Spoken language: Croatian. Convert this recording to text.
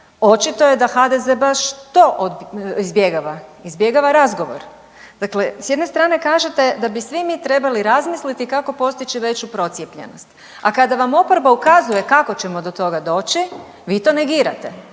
očito je da HDZ baš to izbjegava, izbjegava razgovor. Dakle, s jedne strane kažete da bi svi mi trebali razmisliti kako postići veću procijepljenost, a kada vam oporba ukazuje kako ćemo do toga doći vi to negirate.